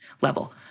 level